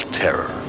terror